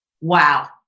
Wow